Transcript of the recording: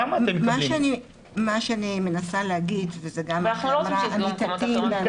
אבל אנחנו לא רוצים שיסגרו מקומות אחרים.